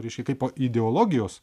reiškia kaipo ideologijos